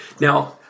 Now